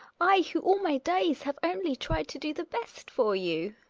i, who all my days have only tried to do the best for you!